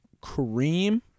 Kareem